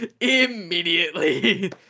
immediately